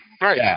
right